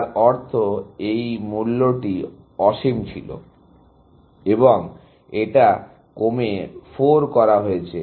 যার অর্থ এই মুম্যটি মূলত অসীম ছিল এবং এখন এটা কমে 4 করা হয়েছে